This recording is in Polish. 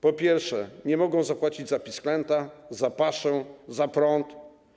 Po pierwsze, nie mogą zapłacić za pisklęta, za paszę, za prąd.